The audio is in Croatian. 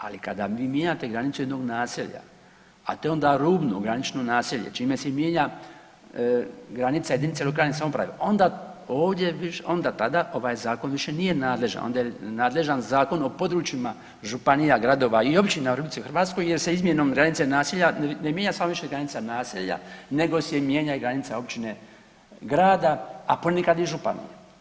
Ali, kada mijenjate granicu jednog naselja, a to je onda rubno, granično naselje, čime se i mijenja granica jedinice lokalne samouprave, onda ovdje, onda tada ovaj Zakon više nije nadležan, onda je nadležan Zakon o područjima županija, gradova i općina u RH jer se izmjenom granice i naselja, ne mijenja samo više granica naselja, nego se i mijenja i granica općine, grada, a ponekad u županije.